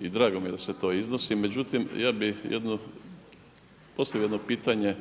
i drago mi je da se to iznosi, međutim ja bi postavio jedno pitanje